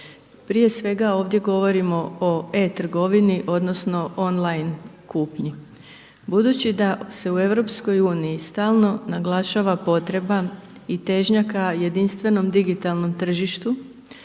prije svega ovdje govorimo o e-trgovini, odnosno online kupnji. Budući da se u Europskoj uniji stalno naglašava potreba i težnja ka jedinstvenom digitalnom tržištu,